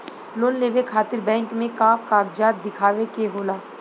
Loan लेवे खातिर bank मे का कागजात दिखावे के होला?